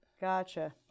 Gotcha